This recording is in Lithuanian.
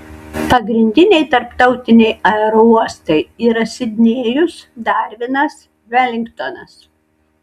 pagrindiniai tarptautiniai aerouostai yra sidnėjus darvinas velingtonas